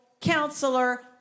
Counselor